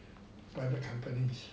private companies